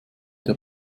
der